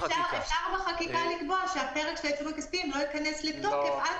אפשר בחקיקה לקבוע שהפרק של העיצומים הכספיים לא ייכנס לתוקף עד